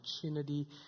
opportunity